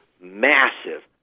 massive